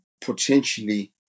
potentially